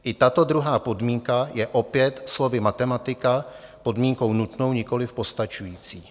I tato druhá podmínka je opět slovy matematika podmínkou nutnou, nikoli postačující.